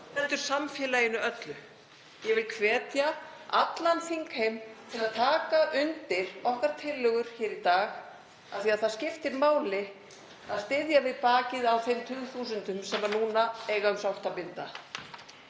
heldur samfélaginu öllu. Ég vil hvetja allan þingheim til að taka undir tillögur okkar hér í dag af því að það skiptir máli að styðja við bakið á þeim tugþúsundum sem núna eiga um sárt að binda.